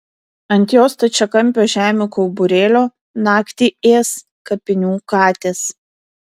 ant jos stačiakampio žemių kauburėlio naktį ės kapinių katės